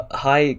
hi